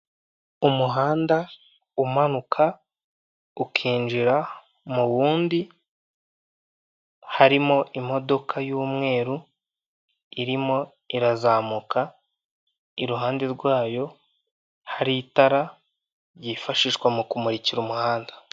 Umuhanda umanuka ukinjira mu wundi, harimo imodoka y'umweru irimo irazamuka, iruhande rwayo hari itara ryifashishwa mu kumurikira umuhanda.